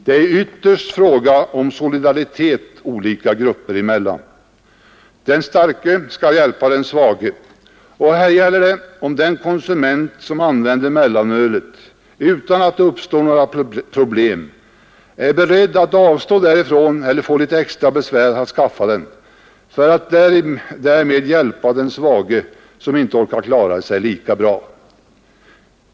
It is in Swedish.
Det är ytterst fråga om solidaritet olika grupper emellan. Den starke skall hjälpa den svage, och här gäller det om den konsument som använder mellanölet utan att det uppstår några problem är beredd att avstå därifrån eller att få litet extra besvär för att skaffa det och därmed hjälpa den svage som inte orkar klara sig lika bra.